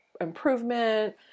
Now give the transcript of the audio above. improvement